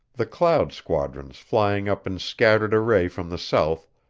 the cloud squadrons flying up in scattered array from the south,